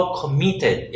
committed